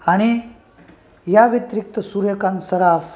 आणि याव्यतिरिक्त सूर्यकांत सराफ